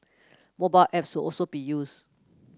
mobile apps will also be used